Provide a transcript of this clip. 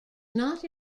not